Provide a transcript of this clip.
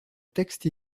texte